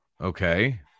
okay